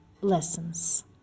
lessons